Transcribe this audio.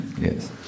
Yes